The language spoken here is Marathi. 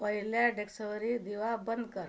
पहिल्या डेक्सवरील दिवा बंद कर